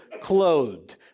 clothed